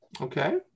okay